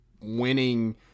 winning